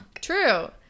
True